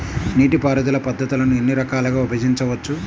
నీటిపారుదల పద్ధతులను ఎన్ని రకాలుగా విభజించవచ్చు?